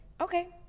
okay